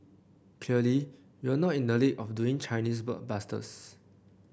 clearly we're not in the league of doing Chinese blockbusters